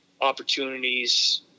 opportunities